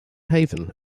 haven